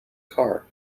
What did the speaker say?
car